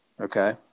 okay